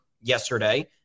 yesterday